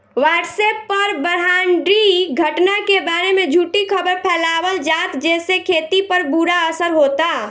WhatsApp पर ब्रह्माण्डीय घटना के बारे में झूठी खबर फैलावल जाता जेसे खेती पर बुरा असर होता